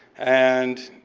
and